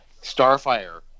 Starfire